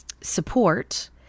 support